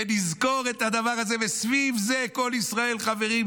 נזכור את הדבר הזה וסביב זה "כל ישראל חברים",